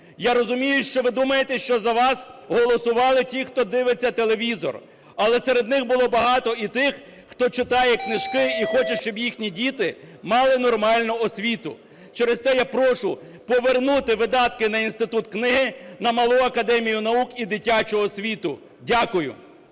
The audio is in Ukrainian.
я розумію, що ви думаєте, що за вас голосували ті, хто дивиться телевізор, але серед них було багато і тих, хто читає книжки і хоче, щоб їхні діти мали нормальну освіту. Через те я прошу повернути видатки на Інститут книги, на Малу академію наук і дитячу освіту. Дякую.